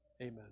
Amen